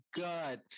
god